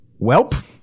Welp